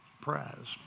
prize